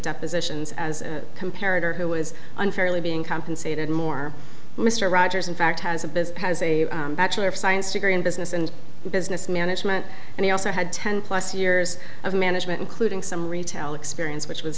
depositions as compared to who was unfairly being compensated more mr rogers in fact has a business has a bachelor of science degree in business and business management and he also had ten plus years of management including some retail experience which was